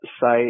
site